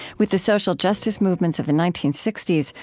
with the social justice movements of the nineteen sixty s,